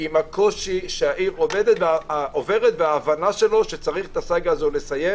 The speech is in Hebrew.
עם הקושי שהעיר עוברת וההבנה שלו שצריך לסיים את הסאגה הזאת,